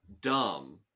dumb